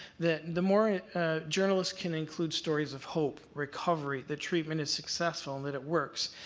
that the more journalists can include stories of hope, recovery, the treatment is successful and that it works,